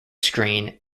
screen